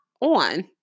on